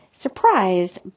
surprised